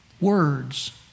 words